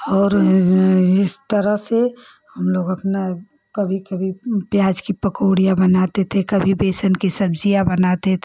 और इस तरह से हमलोग अपना कभी कभी प्याज की पकौड़ियाँ बनाते थे कभी बेसन की सब्ज़ियाँ बनाते थे